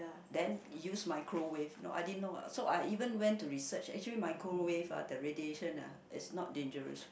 then use microwave no I didn't know uh so I even went to research actually microwave ah the radiation ah is not dangerous